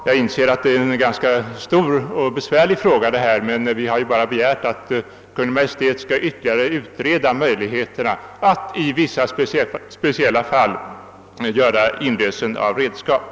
Jag inser att detta är en ganska stor och besvärlig fråga, men vi har ju bara begärt att Kungl. Maj:t skall ytterligare utreda möjligheterna att i vissa speciella fall inlösa redskap.